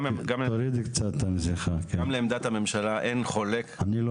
גם לעמדת הממשלה, אני לא